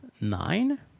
nine